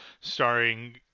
starring